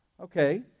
okay